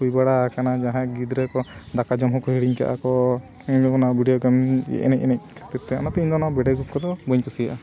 ᱦᱩᱭ ᱵᱟᱲᱟ ᱠᱟᱱᱟ ᱡᱟᱦᱟᱸᱭ ᱜᱤᱫᱽᱨᱟᱹ ᱠᱚ ᱫᱟᱠᱟ ᱡᱚᱢ ᱦᱚᱸᱠᱚ ᱦᱤᱲᱤᱧ ᱠᱟᱜᱼᱟ ᱠᱚ ᱤᱧ ᱫᱚ ᱚᱱᱟ ᱵᱷᱤᱰᱤᱭᱳ ᱜᱮᱢ ᱮᱱᱮᱡ ᱮᱱᱮᱡ ᱠᱷᱟᱹᱛᱤᱨ ᱛᱮ ᱚᱱᱟᱛᱮ ᱤᱧᱫᱚ ᱚᱱᱟ ᱵᱷᱤᱰᱤᱭᱳ ᱜᱮᱢ ᱠᱚᱫᱚ ᱵᱟᱹᱧ ᱠᱩᱥᱤᱭᱟᱜᱼᱟ